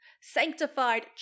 Sanctified